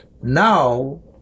Now